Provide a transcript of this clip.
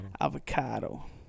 Avocado